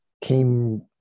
came